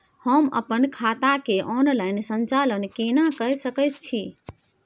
हम अपन खाता के ऑनलाइन संचालन केना के सकै छी?